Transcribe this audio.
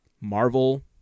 Marvel